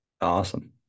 Awesome